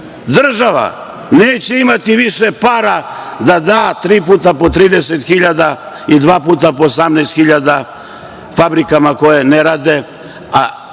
neće imati više para da da tri puta po 30.000 i dva puta po 18.000 fabrikama koje ne rade.